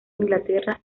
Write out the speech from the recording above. inglaterra